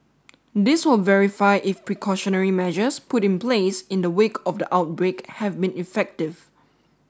this will verify if precautionary measures put in place in the wake of the outbreak have been effective